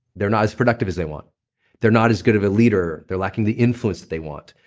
they're not as productive as they want they're not as good of a leader, they're lacking the influence that they want,